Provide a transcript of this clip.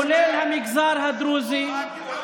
כולל המגזר הדרוזי, מה כולל?